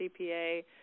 CPA